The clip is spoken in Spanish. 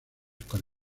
con